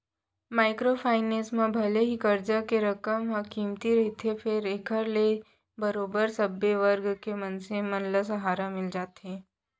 micro finance म भले ही करजा के रकम ह कमती रहिथे फेर एखर ले बरोबर सब्बे वर्ग के मनसे मन ल सहारा मिल जाथे